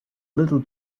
little